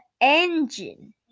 engine